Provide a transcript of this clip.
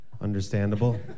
Understandable